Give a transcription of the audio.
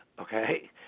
okay